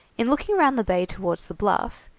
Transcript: in looking round the bay towards the bluff,